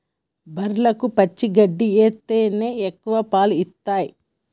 బర్లకు పచ్చి గడ్డి ఎత్తేనే ఎక్కువ పాలు ఇత్తయ్